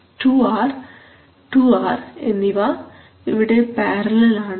two R two R എന്നിവ ഇവിടെ parallel ആണ്